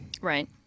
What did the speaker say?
right